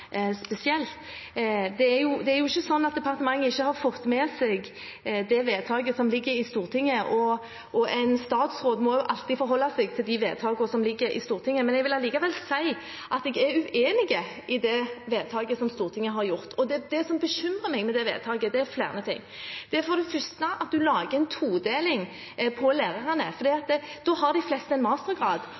spesielt. Det er ikke sånn at departementet ikke har fått med seg det vedtaket som ligger i Stortinget, og en statsråd må jo alltid forholde seg til de vedtak som ligger i Stortinget. Jeg vil allikevel si at jeg er uenig i det vedtaket som Stortinget har gjort. Det som bekymrer meg med det vedtaket, er flere ting. Det er for det første at man lager en todeling blant lærerne. Da har de fleste en mastergrad,